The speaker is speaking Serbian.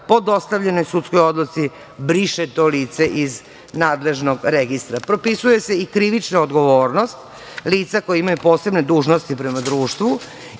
po dostavljenoj sudskoj odluci briše to lice iz nadležnog registra. Propisuje se i krivična odgovornost lica koja imaju posebne dužnosti prema društvu